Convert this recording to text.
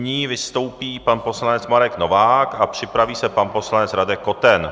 Nyní vystoupí pan poslanec Marek Novák a připraví se pan poslanec Radek Koten.